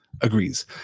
agrees